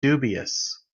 dubious